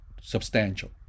substantial